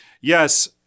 Yes